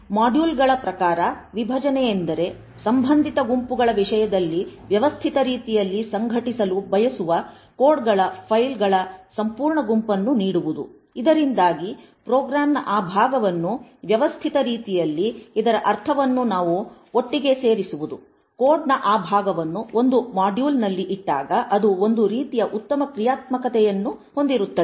ಮಾಡ್ಯೂಲ್ಗಳ ಪ್ರಕಾರ ವಿಭಜನೆ ಯೆಂದರೆ ಸಂಬಂಧಿತ ಗುಂಪುಗಳ ವಿಷಯದಲ್ಲಿ ವ್ಯವಸ್ಥಿತ ರೀತಿಯಲ್ಲಿ ಸಂಘಟಿಸಲು ಬಯಸುವ ಕೋಡ್ಗಳ ಫೈಲ್ಗಳ ಸಂಪೂರ್ಣ ಗುಂಪನ್ನು ನೀಡುವುದು ಇದರಿಂದಾಗಿ ಪ್ರೋಗ್ರಾಂನ ಆ ಭಾಗವನ್ನು ವ್ಯವಸ್ಥಿತ ರೀತಿಯಲ್ಲಿ ಇದರ ಅರ್ಥವನ್ನು ನಾವು ಒಟ್ಟಿಗೆ ಸೇರಿಸುವುದು ಕೋಡ್ನ ಆ ಭಾಗವನ್ನು ಒಂದು ಮಾಡ್ಯೂಲ್ನಲ್ಲಿ ಇಟ್ಟಾಗ ಅದು ಒಂದು ರೀತಿಯ ಉತ್ತಮ ಕ್ರಿಯಾತ್ಮಕತೆಯನ್ನು ಹೊಂದಿರುತ್ತದೆ